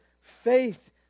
faith